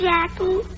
Jackie